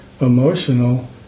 emotional